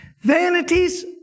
Vanities